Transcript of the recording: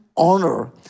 honor